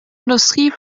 industrie